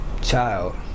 child